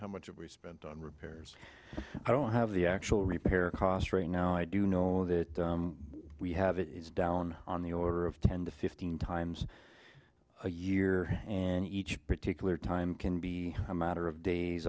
how much we spent on repairs i don't have the actual repair cost right now i do know that we have it down on the order of ten to fifteen times a year and each particular time can be a matter of days